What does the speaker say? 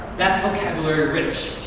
that's vocabulary rich.